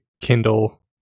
Kindle